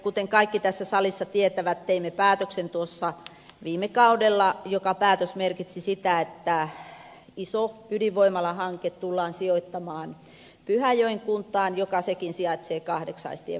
kuten kaikki tässä salissa tietävät teimme päätöksen viime kaudella joka merkitsi sitä että iso ydinvoimalahanke tullaan sijoittamaan pyhäjoen kuntaan joka sekin sijaitsee kahdeksaistien varrella